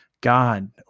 God